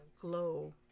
glow